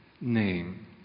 name